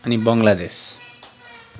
अनि बङ्गलादेश